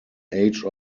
age